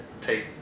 take